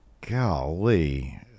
golly